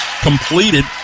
completed